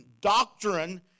Doctrine